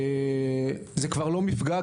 זה כבר לא מפגע,